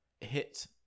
hit